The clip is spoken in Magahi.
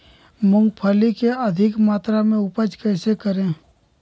मूंगफली के अधिक मात्रा मे उपज कैसे करें?